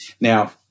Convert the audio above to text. Now